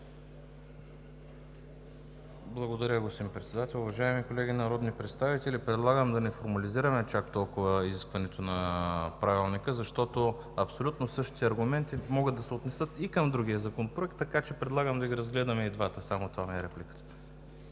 Благодаря, господин Председател. Уважаеми колеги народни представители, предлагам да не формализираме чак толкова изискването на Правилника, защото абсолютно същите аргументи могат да се отнесат и към другия законопроект. Така че предлагам да ги разгледаме и двата. Само това ми е репликата.